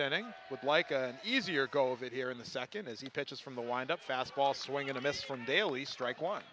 inning with like an easier go of it here in the second as he pitches from the wind up fastball swinging a miss from daily strike one